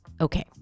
Okay